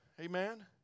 Amen